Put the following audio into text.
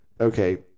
Okay